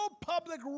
public